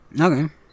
Okay